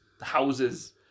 houses